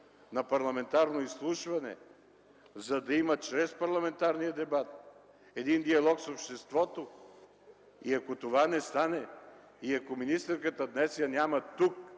на парламентарно изслушване, за да има чрез парламентарния дебат диалог с обществото. И ако това не стане, и ако министърката днес я няма тук,